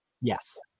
Yes